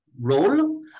role